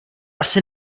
asi